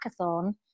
hackathon